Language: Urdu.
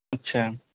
اچھا